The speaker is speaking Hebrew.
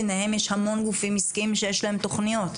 ביניהם יש המון גופים עסקיים שיש להם תוכניות.